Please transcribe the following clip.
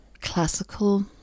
classical